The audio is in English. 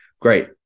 great